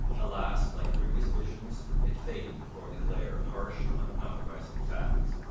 alas, like previous visions, it faded before the glare of harsh, uncompromising facts.